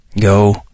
Go